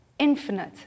infinite